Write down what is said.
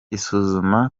isuzuma